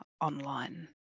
online